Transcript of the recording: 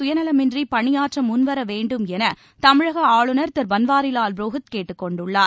சுயநலமின்றிபணியாற்றமுன்வரவேண்டும் எனதமிழகஆளுநர் இளைஞ்கள் திருபன்வாரிலால் புரோஹித் கேட்டுக் கொண்டுள்ளார்